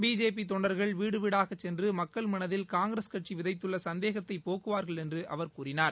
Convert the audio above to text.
பிஜேபிதொண்டர்கள் வீடுவீடாகச் சென்றுமக்கள் மனதில் காங்கிரஸ் கட்சிவிதைத்துள்ளசந்தேகத்தைபோக்குவார்கள் என்றுஅவர் கூறினார்